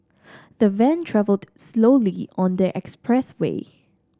the van travelled slowly on the expressway